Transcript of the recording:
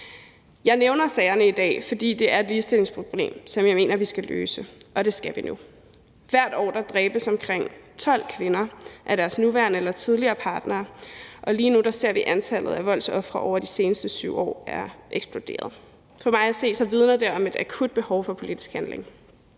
Jeg nævner sagerne i dag, fordi det er et ligestillingsproblem, som jeg mener vi skal løse, og det skal vi nu. Hvert år dræbes omkring 12 kvinder af deres nuværende eller tidligere partnere, og lige nu ser vi, at antallet af voldsofre over de seneste 7 år er eksploderet. For mig at se vidner det om et akut behov for politisk handling.